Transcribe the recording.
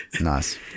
Nice